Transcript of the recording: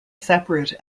separate